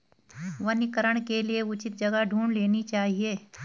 वनीकरण के लिए उचित जगह ढूंढ लेनी चाहिए